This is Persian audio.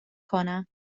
کنم